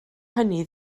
hynny